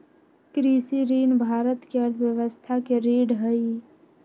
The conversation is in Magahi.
कृषि ऋण भारत के अर्थव्यवस्था के रीढ़ हई